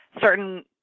certain